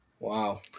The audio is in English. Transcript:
Wow